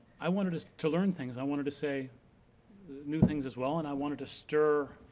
i wanted to to learn things. i wanted to say new things as well, and i wanted to stir